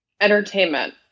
Entertainment